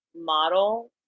model